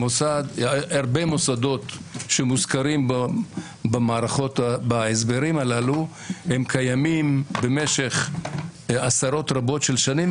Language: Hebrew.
הרבה מוסדות שמוזכרים בהסברים הללו קיימים במשך עשרות רבות של שנים,